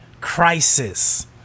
crisis